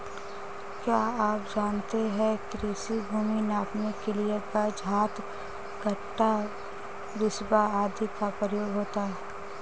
क्या आप जानते है कृषि भूमि नापने के लिए गज, हाथ, गट्ठा, बिस्बा आदि का प्रयोग होता है?